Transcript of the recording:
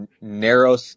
narrow